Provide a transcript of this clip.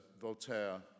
Voltaire